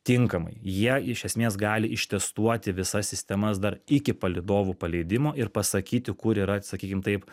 tinkamai jie iš esmės gali ištestuoti visas sistemas dar iki palydovų paleidimo ir pasakyti kur yra sakykim taip